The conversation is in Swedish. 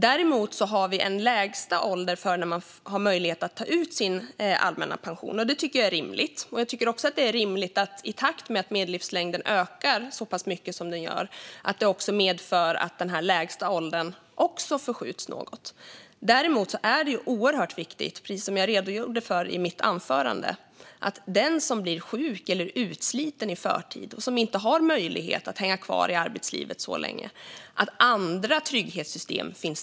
Det finns dock en lägsta ålder för när man har möjlighet att ta ut sin allmänna pension, och det tycker jag är rimligt. Jag tycker också att det är rimligt att den lägsta åldern förskjuts i takt med att medellivslängden ökar. Däremot är det oerhört viktigt att den som blir sjuk eller utsliten i förtid och inte har möjlighet att hänga kvar i arbetslivet ska fångas upp av andra trygghetssystem.